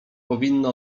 powinny